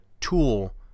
tool